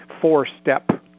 four-step